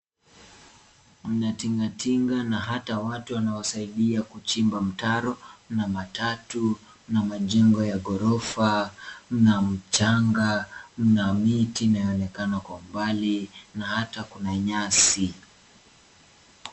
Kuna tinga tinga na hata watu wanaosaidia kuchimba mtaro na matatu na majengo ya ghorofa, mna mchanga, mna miti inayoonekana kwa mbali na hata kuna nyasi.